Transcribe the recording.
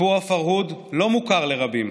סיפור הפרהוד לא מוכר לרבים.